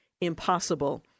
impossible